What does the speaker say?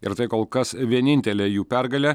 ir tai kol kas vienintelė jų pergalė